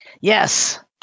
Yes